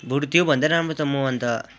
बरु त्योभन्दा राम्रो त म अन्त